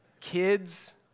Kids